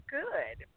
good